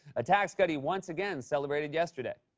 a tax cut he once again celebrated yesterday.